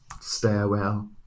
stairwell